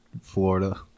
Florida